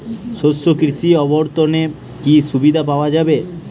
শস্য কৃষি অবর্তনে কি সুবিধা পাওয়া যাবে?